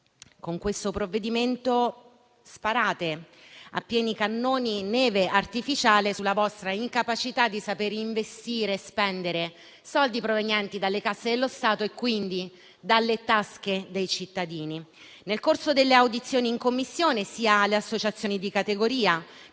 con questo provvedimento sparate a pieni cannoni neve artificiale sulla vostra incapacità di investire e spendere soldi provenienti dalle casse dello Stato, quindi dalle tasche dei cittadini. Nel corso delle audizioni in Commissione, sia le associazioni di categoria